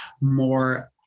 more